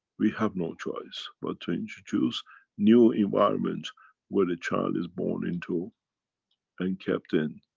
we have no choice but to introduce new environments where the child is born into and kept in.